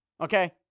Okay